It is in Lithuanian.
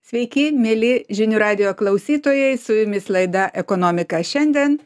sveiki mieli žinių radijo klausytojai su jumis laida ekonomika šiandien